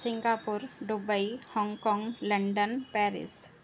Singapore Dubai Hong Kong London Paris